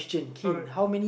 alright